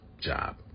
job